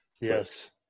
yes